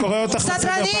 אסביר.